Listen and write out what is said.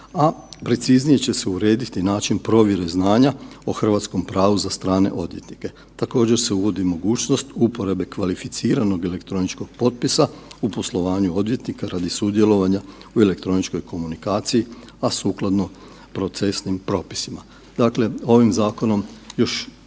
a preciznije će se urediti način provjere znanja o hrvatskom pravu za strane odvjetnike. Također se uvodi mogućnost uporabe kvalificiranog elektroničkog potpisa u poslovanju odvjetnika radi sudjelovanja u elektroničkoj komunikaciji, a sukladno procesnim propisima. Dakle, ovim zakonom još